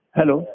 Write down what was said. Hello